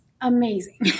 amazing